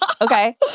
okay